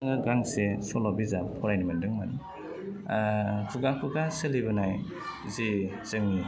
आङो गांसे सल' बिजाब फरायनो मोनदोंमोन खुगा खुगा सोलिबोनाय जे जोंनि